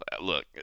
look